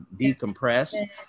decompress